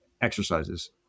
exercises